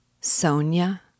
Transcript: Sonia